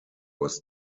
was